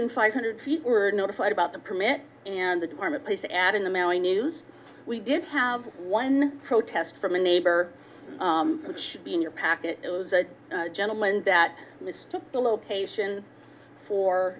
in five hundred feet were notified about the permit and the department has to add in the maui news we did have one protest from a neighbor that should be in your packet it was a gentleman that mistook the location